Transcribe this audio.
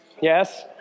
Yes